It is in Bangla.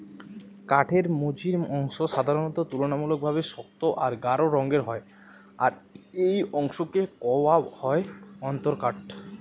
কাঠের মঝির অংশ সাধারণত তুলনামূলকভাবে শক্ত আর গাঢ় রঙের হয় আর এই অংশকে কওয়া হয় অন্তরকাঠ